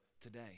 today